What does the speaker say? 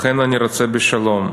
לכן, אני רוצה בשלום.